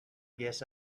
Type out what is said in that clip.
guess